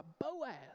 Boaz